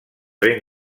ben